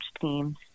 teams